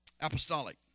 apostolic